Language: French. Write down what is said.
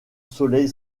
soleil